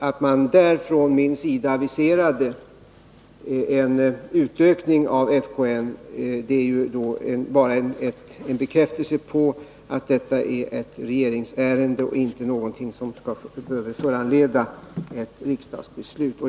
Att jag aviserar en utökning av FKN är bara en bekräftelse på att detta är ett regeringsärende och inte någonting som behöver föranleda ett riksdagsbeslut.